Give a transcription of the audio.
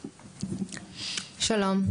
שלום,